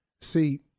See